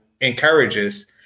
encourages